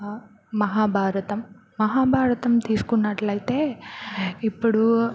మహాభారతం మహాభారతం తీసుకున్నట్లయితే ఇప్పుడు